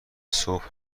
صبح